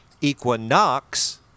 Equinox